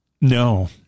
No